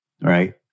Right